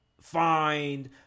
find